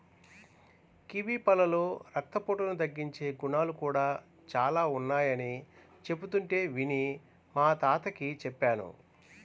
kiwi పళ్ళలో రక్తపోటును తగ్గించే గుణాలు కూడా చానా ఉన్నయ్యని చెబుతుంటే విని మా తాతకి చెప్పాను